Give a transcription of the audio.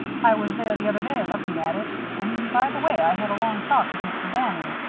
i was there the other day looking at it. and, by the way, i had a long talk with mr. bannon.